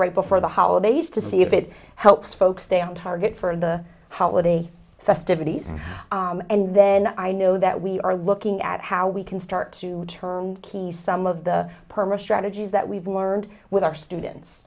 right before the holidays to see if it helps folks stay on target for the holiday festivities and then i know that we are looking at how we can start to turn key some of the strategies that we've learned with our students